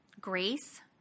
grace